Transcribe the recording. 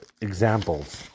examples